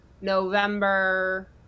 november